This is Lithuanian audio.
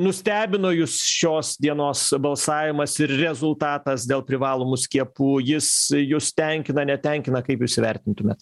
nustebino jus šios dienos balsavimas ir rezultatas dėl privalomų skiepų jis jus tenkina netenkina kaip jūs įvertintumėt